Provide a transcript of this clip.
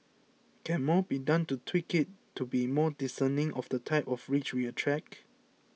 can more be done to tweak it to be more discerning of the type of rich we attract